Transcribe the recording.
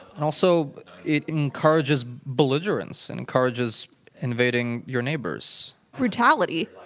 and also it encourages belligerence and encourages invading your neighbors. brutality,